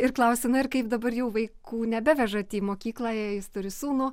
ir klausia na ir kaip dabar jau vaikų nebevežat į mokyklą jei jis turi sūnų